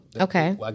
Okay